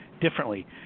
differently